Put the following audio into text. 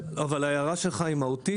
אבל ההערה שלך היא מהותית,